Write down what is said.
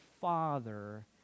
father